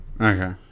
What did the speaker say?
Okay